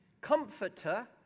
Comforter